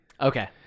Okay